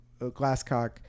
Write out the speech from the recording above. Glasscock